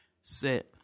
set